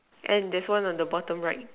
and there's one on the bottom right